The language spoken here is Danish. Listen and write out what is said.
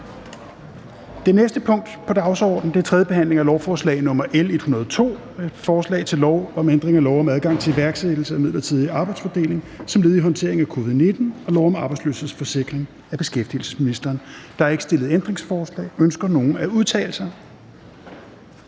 Det næste punkt på dagsordenen er: 3) 3. behandling af lovforslag nr. L 102: Forslag til lov om ændring af lov om adgang til iværksættelse af midlertidig arbejdsfordeling som led i håndteringen af covid-19 og lov om arbejdsløshedsforsikring m.v. (Forlængelse af den midlertidige arbejdsfordelingsordning m.v.).